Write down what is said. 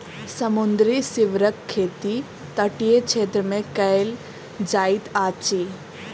समुद्री सीवरक खेती तटीय क्षेत्र मे कयल जाइत अछि